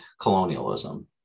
colonialism